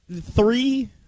Three